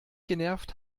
genervt